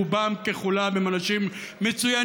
רובם ככולם הם אנשים מצוינים,